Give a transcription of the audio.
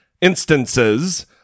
instances